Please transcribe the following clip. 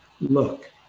look